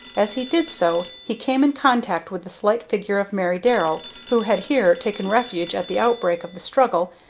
as he did so he came in contact with the slight figure of mary darrell, who had here taken refuge at the outbreak of the struggle,